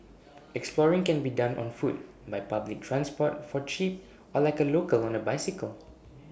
exploring can be done on foot by public transport for cheap or like A local on A bicycle